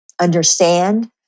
understand